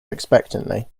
expectantly